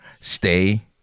stay